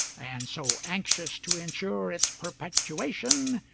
and so anxious to insure its perpetuation,